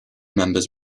members